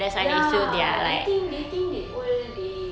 ya they think they think they old they